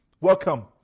welcome